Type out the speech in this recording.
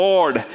Lord